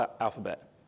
alphabet